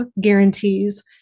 guarantees